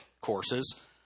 courses